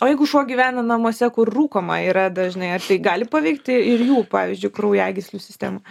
o jeigu šuo gyvena namuose kur rūkoma yra dažnai tai gali paveikti ir jų pavyzdžiui kraujagyslių sistemą